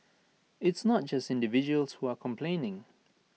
it's not just individuals who are complaining